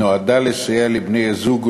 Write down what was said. נועדה לסייע לבני-זוג,